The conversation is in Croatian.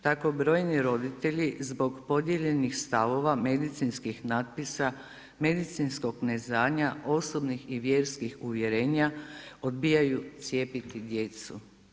Tako brojni roditelji zbog podijeljenih stavova medicinskih natpisa, medicinskog neznanja, osobnih i vjerskih uvjerenja odbijaju cijepiti djecu.